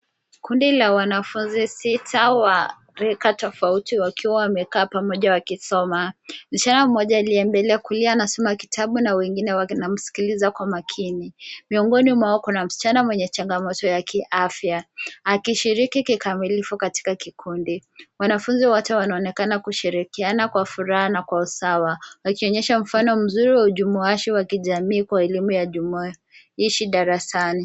Kundi la wanafunzi sita wa rika tofauti wakiwa wamekaa pamoja wakisoma. Msichana mmoja aliye mbele kulia anasoma kitabu na wengine wanamsikiliza kwa makini. Miongoni mwao kuna msichana mwenye changamoto ya kiafya, akishiriki kikamilifu katika kikundi. Wanafunzi wote wanaonekana kushirikiana kwa furaha na kwa usawa, wakionyesha mfano mzuri wa ujumuashi wa kijamii kwa elimu ya jumuaishi darasani.